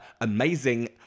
amazing